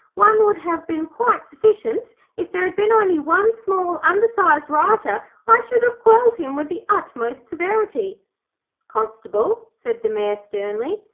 one would have been quite sufficient. if there had been only one small undersized rioter, i should have quelled him with the utmost severity constable, said the mayor, sternly,